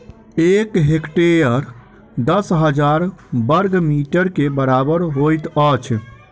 एक हेक्टेयर दस हजार बर्ग मीटर के बराबर होइत अछि